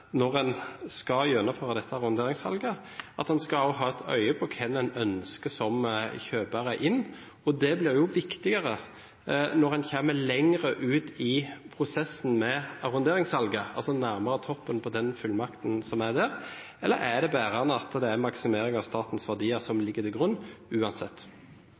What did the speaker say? når en skal gjennomføre dette arronderingssalget, skal en også ha et øye for hvem en ønsker som kjøpere – og det blir jo viktigere når en kommer lenger ut i prosessen med arronderingssalget, altså nærmere toppen på den fullmakten som er der – eller er det bærende at det er maksimering av statens verdier som ligger til grunn, uansett?